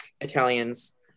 Italians